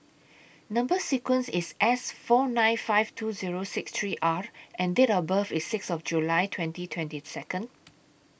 Number sequence IS S four nine fifty two Zero six three R and Date of birth IS six July twenty twenty two